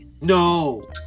No